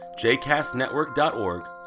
jcastnetwork.org